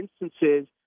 instances